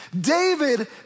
David